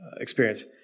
experience